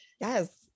Yes